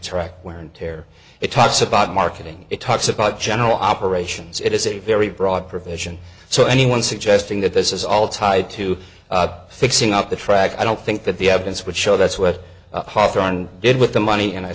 track wear and tear it talks about marketing it talks about general operations it is a very broad provision so anyone suggesting that this is all tied to fixing up the track i don't think that the evidence would show that's what hoffer on did with the money and i